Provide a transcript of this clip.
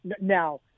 Now